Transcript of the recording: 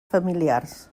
familiars